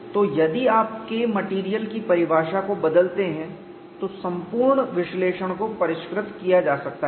तो यदि आप Kmat की परिभाषा को बदलते हैं तो संपूर्ण विश्लेषण को परिष्कृत किया जा सकता है